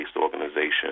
organizations